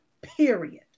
Period